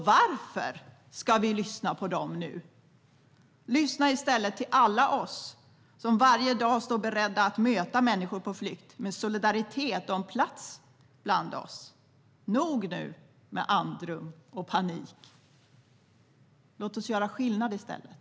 Varför ska vi lyssna på dem nu? Lyssna i stället till alla oss som varje dag står beredda att möta människor på flykt med solidaritet och en plats bland oss. Nog nu med andrum och panik. Låt oss göra skillnad i stället.